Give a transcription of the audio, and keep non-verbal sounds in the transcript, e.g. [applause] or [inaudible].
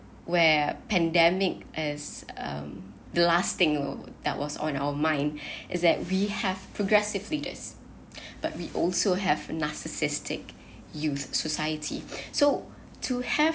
where pandemic as um the last thing you know that was on our mind [breath] is that we have progressive leaders [breath] but we also have narcissistic youth society so to have